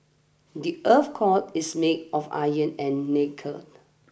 the earth's core is made of iron and nickel